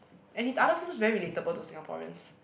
and his other films very relatable to Singaporeans